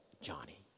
Johnny